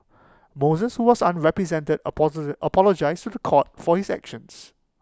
Moses who was unrepresented apologised to The Court for his actions